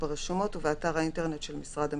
ברשומות ובאתר האינטרנט של משרד המשפטים,